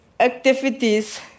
Activities